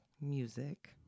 music